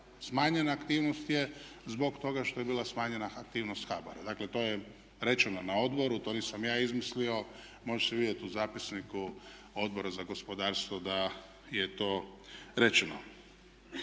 smanjena aktivnost je zbog toga što je bila smanjena aktivnost HABOR-a. Dakle, to je rečeno na odboru, to nisam ja izmislio, može se vidjeti u zapisniku Odbora za gospodarstvo da je to rečeno.